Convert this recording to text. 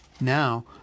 Now